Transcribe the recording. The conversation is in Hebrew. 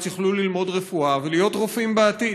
יוכלו ללמוד רפואה ולהיות רופאים בעתיד.